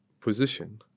position